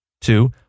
Two